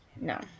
No